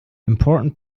important